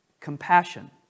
compassion